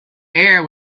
air